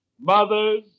mothers